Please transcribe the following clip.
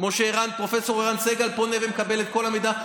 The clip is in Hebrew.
כמו שפרופ' ערן סגל פונה ומקבל את כל המידע.